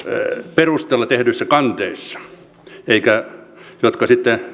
perusteella tehdyissä kanteissa jotka sitten